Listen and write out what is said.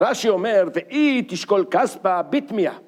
‫רש"י אומר, והיא תשקול כספה בתמיה.